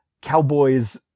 Cowboys